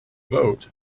vote